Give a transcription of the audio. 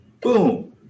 boom